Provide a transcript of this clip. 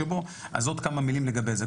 אז עוד כמה מילים לגבי זה.